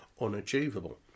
Unachievable